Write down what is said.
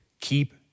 Keep